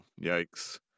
yikes